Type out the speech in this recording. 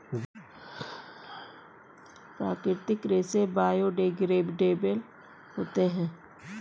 प्राकृतिक रेसे बायोडेग्रेडेबल होते है